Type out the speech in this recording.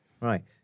Right